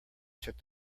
took